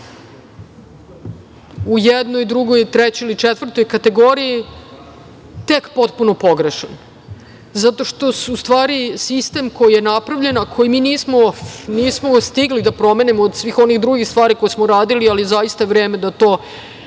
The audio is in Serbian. u jednoj, drugoj, trećoj ili četvrtoj kategoriji, tek potpuno pogrešan, zato što je, u stvari, sistem koji je napravljen, a koji mi nismo stigli da promenimo, od svih onih drugih stvari koje smo uradili, ali zaista je vreme da to,